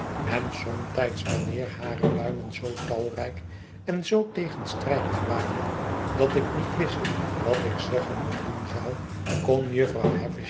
en somtijds wanneer hare luimen zoo tairijk en zoo tegenstrijdig waren dat ik niet wist wat ik zeggen of doen zou kon jufvrouw